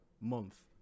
month